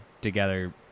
together